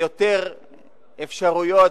יותר אפשרויות,